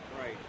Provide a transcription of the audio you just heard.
right